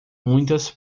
muitas